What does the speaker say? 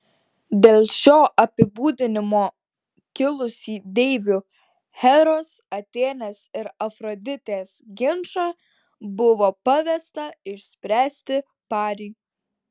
dėl šio apibūdinimo kilusį deivių heros atėnės ir afroditės ginčą buvo pavesta išspręsti pariui